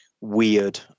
weird